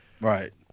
right